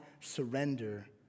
surrender